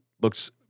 looks